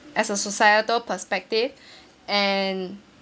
as a societal perspective and